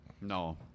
No